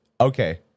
okay